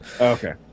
Okay